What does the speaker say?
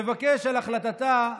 שתבקש, על החלטתה,